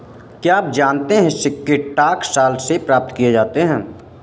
क्या आप जानते है सिक्के टकसाल से प्राप्त किए जाते हैं